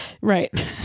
Right